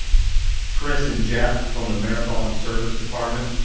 chris and jeff from the marathon service department.